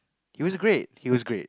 he was great he was great